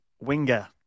Winger